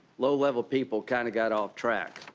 low level people kind of got off track.